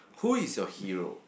who is your hero